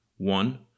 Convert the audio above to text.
One